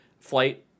flight